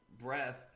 breath